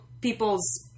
people's